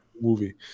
movie